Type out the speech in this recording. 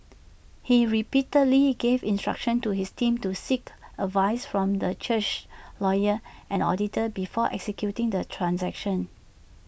he repeatedly gave instructions to his team to seek advice from the church's lawyers and auditors before executing the transactions